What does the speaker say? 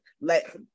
let